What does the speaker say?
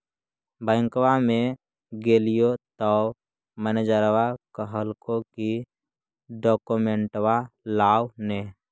बैंकवा मे गेलिओ तौ मैनेजरवा कहलको कि डोकमेनटवा लाव ने?